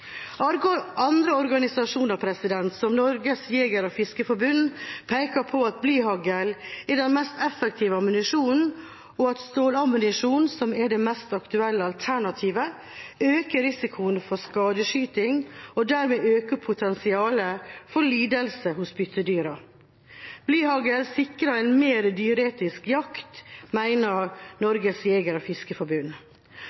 Andre organisasjoner, som Norges Jeger- og Fiskerforbund, peker på at blyhagl er den mest effektive ammunisjonen, og at stålammunisjon, som er det mest aktuelle alternativet, øker risikoen for skadeskyting og dermed øker potensialet for lidelse hos byttedyrene. Blyhagl sikrer en mer dyreetisk jakt, mener Norges Jeger- og